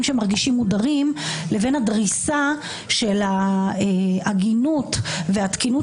שמרגישים מודרים לבין הדריסה של ההגינות והתקינות